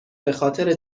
بخاطر